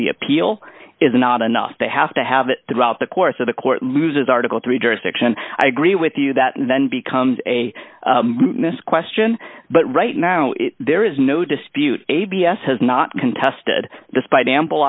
the appeal is not enough they have to have it throughout the course of the court loses article three jurisdiction i agree with you that and then becomes a this question but right now if there is no dispute a b s has not contested despite ample